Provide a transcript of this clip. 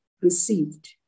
received